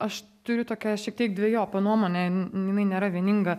aš turiu tokią šiek tiek dvejopą nuomonę jinai nėra vieninga